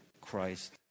Christ